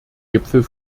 gipfel